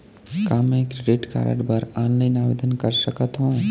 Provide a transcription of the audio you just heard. का मैं credit card बर ऑनलाइन आवेदन कर सकथों?